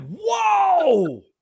whoa